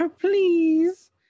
Please